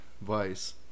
Vice